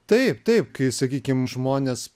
taip taip kai sakykim žmonės